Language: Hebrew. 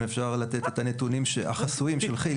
אפשר לתת את הנתונים החסויים של כי"ל.